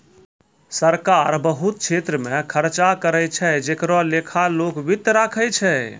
सरकार बहुत छेत्र मे खर्चा करै छै जेकरो लेखा लोक वित्त राखै छै